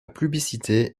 publicité